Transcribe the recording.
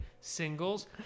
singles